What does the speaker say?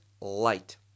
light